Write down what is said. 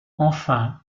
enfin